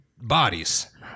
bodies